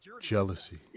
jealousy